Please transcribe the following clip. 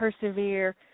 persevere